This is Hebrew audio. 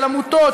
של עמותות,